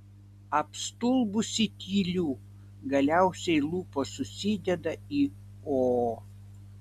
apstulbusi tyliu galiausiai lūpos susideda į o